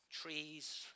trees